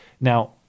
Now